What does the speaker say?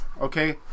okay